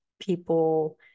people